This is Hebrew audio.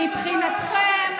מבחינתכם,